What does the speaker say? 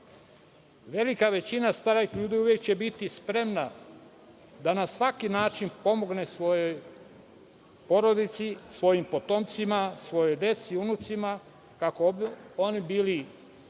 većina starih uvek će biti spremna da na svaki način pomogne svoju porodicu, svojim potomcima, svojoj deci, unucima kako bi oni bili